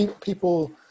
People